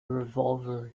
revolver